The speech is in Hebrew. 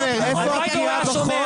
הרב אייכלר, איפה הפגיעה בחוק